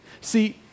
See